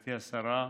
גברתי השרה,